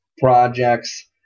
projects